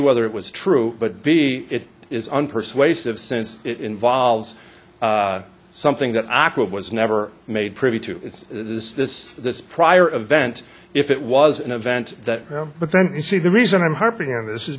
whether it was true but b it is unpersuasive since it involves something that i quote was never made privy to this this this prior event if it was an event that you know but then you see the reason i'm harping on this is